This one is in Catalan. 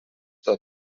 tot